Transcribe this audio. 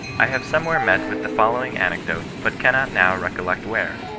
i have somewhere met with the following anecdote, but cannot now recollect where.